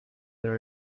there